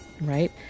right